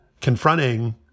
confronting